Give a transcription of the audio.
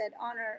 honor